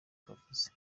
kavuze